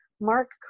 Mark